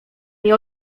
nie